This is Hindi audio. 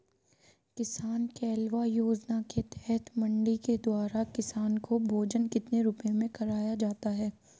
किसान कलेवा योजना के तहत मंडी के द्वारा किसान को भोजन कितने रुपए में करवाया जाता है?